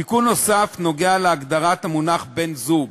תיקון נוסף נוגע להגדרת המונח "בן-זוג",